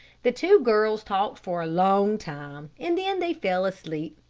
the two girls talked for a long time, and then they fell asleep.